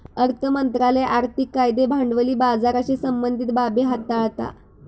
अर्थ मंत्रालय आर्थिक कायदे भांडवली बाजाराशी संबंधीत बाबी हाताळता